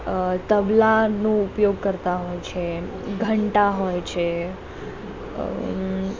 અ તબલાનો ઉપયોગ કરતા હોય છે ઘંટા હોય છે